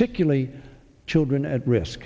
particularly children at risk